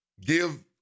Give